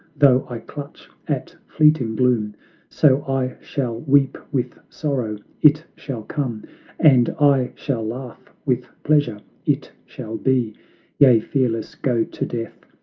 though i clutch at fleeting gloom so i shall weep with sorrow, it shall come and i shall laugh with pleasure, it shall be yea, fearless go to death,